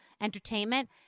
entertainment